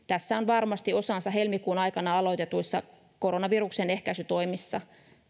tässä on varmasti osansa helmikuun aikana aloitetuilla koronaviruksen ehkäisytoimilla